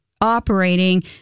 operating